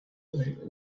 they